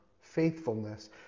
faithfulness